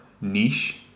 niche